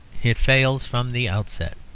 it fails from the outset.